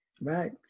right